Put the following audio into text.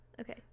Okay